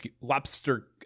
lobster